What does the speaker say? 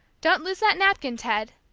don't lose that napkin, ted,